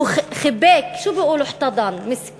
הוא חיבק (אומרת בשפה הערבית: איך אומרים "אימץ לחיקו",